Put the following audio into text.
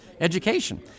education